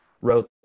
wrote